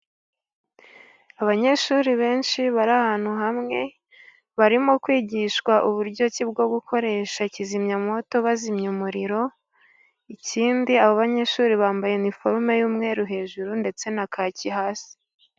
Abanyeshuri benshi bari ahantu hamwe, barimo kwigishwa uburyo ki bwo gukoresha kizimyamwoto bazimya umuriro, ikindi aba banyeshuri bambaye impuzankano y'umweru hejuru, ndetse na kaki hasi.